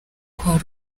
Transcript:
kwa